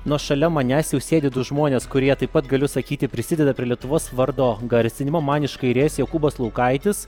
nu o šalia manęs jau sėdi du žmonės kurie taip pat galiu sakyti prisideda prie lietuvos vardo garsinimo man iš kairės jokūbas laukaitis